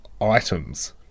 items